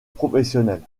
professionnel